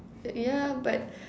yeah but